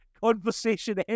Conversation